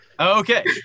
okay